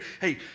hey